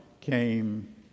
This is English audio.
came